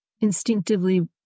instinctively